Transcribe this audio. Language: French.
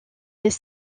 les